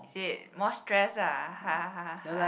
it moisturise ah